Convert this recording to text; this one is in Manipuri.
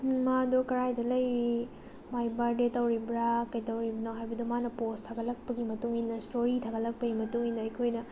ꯃꯥꯗꯣ ꯀꯗꯥꯏꯗ ꯂꯩꯔꯤ ꯃꯥꯏ ꯕꯥꯔꯗꯦ ꯇꯧꯔꯤꯕ꯭ꯔꯥ ꯀꯩꯗꯧꯔꯤꯕꯅꯣ ꯍꯥꯏꯕꯗꯣ ꯃꯥꯅ ꯄꯣꯁ ꯊꯥꯒꯠꯂꯛꯄꯒꯤ ꯃꯇꯨꯡ ꯏꯟꯅ ꯏꯁꯇꯣꯔꯤ ꯊꯥꯒꯠꯂꯛꯄꯩ ꯃꯇꯨꯡ ꯏꯟꯅ ꯑꯩꯈꯣꯏꯅ